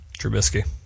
Trubisky